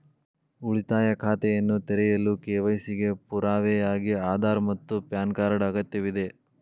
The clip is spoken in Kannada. ಉಳಿತಾಯ ಖಾತೆಯನ್ನು ತೆರೆಯಲು ಕೆ.ವೈ.ಸಿ ಗೆ ಪುರಾವೆಯಾಗಿ ಆಧಾರ್ ಮತ್ತು ಪ್ಯಾನ್ ಕಾರ್ಡ್ ಅಗತ್ಯವಿದೆ